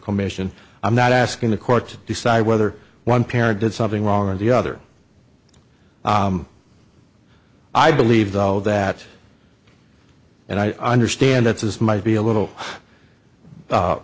commission i'm not asking the court to decide whether one parent did something wrong and the other i believe though that and i understand that this might be a little